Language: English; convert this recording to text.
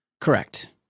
Correct